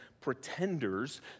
pretenders